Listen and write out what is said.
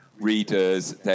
readers